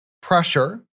pressure